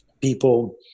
people